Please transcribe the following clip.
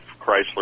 Chrysler